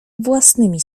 własnymi